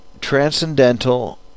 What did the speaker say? transcendental